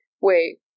Wait